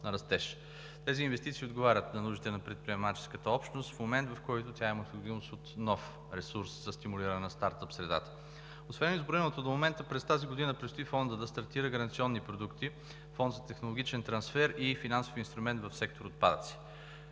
на растеж. Тези инвестиции отговарят на нуждите на предприемаческата общност в момент, в който тя има необходимост от нов ресурс за стимулиране на стартъп средата. Освен изброеното до момента, през тази година предстои Фондът да стартира гаранционни продукти, Фонд за технологичен трансфер и финансов инструмент в сектор „Отпадъци“.